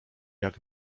jak